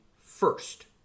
first